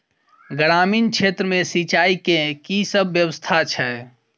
ग्रामीण क्षेत्र मे सिंचाई केँ की सब व्यवस्था छै?